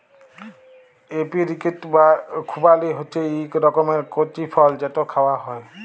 apricot বা খুবালি হছে ইক রকমের কঁচি ফল যেট খাউয়া হ্যয়